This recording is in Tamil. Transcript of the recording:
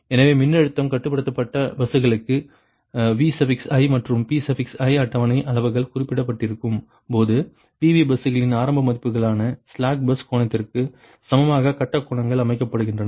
எனவே மின்னழுத்தம் கட்டுப்படுத்தப்பட்ட பஸ்களுக்கு Vi மற்றும் Pi அட்டவணை அளவுகள் குறிப்பிடப்பட்டிருக்கும் போது PV பஸ்களின் ஆரம்ப மதிப்புகளான ஸ்லாக் பஸ் கோணத்திற்கு சமமாக கட்ட கோணங்கள் அமைக்கப்படுகின்றன